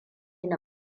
ni